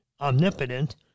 omnipotent